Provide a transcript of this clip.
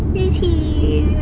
is here!